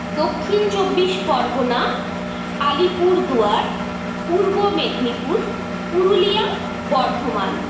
Dakshin Chabbish Pargana Alipurduar Purba Medinipur Purulia Bardhaman